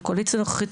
בקואליציה הנוכחית,